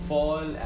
Fall